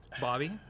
Bobby